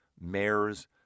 mayors